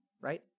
right